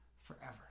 forever